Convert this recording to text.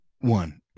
one